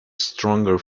stronger